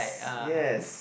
yes